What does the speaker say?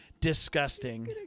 disgusting